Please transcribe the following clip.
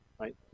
right